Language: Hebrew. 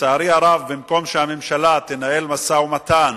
לצערי הרב, במקום שהממשלה תנהל משא-ומתן